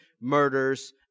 murders